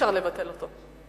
אי-אפשר לבטל אותו.